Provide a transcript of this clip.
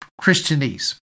Christianese